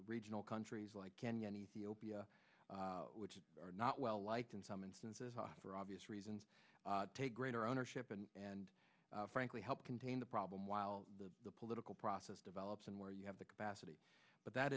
regional countries like kenya and ethiopia which are not well liked in some instances for obvious reasons take greater ownership and frankly help contain the problem while the political process develops and where you have the capacity but that